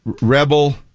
rebel